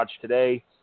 today